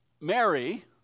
Mary